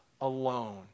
alone